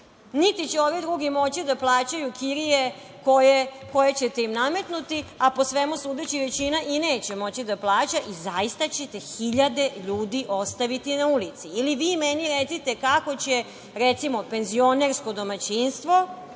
niti će ovi drugi moći da plaćaju kirije koje ćete im nametnuti, a po svemu sudeći većina i neće moći da plaća, zaista ćete hiljade ljudi ostaviti na ulici. Ili vi meni recite, kako će, recimo, penzionersko domaćinstvo